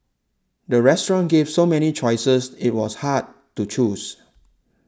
the restaurant gave so many choices it was hard to choose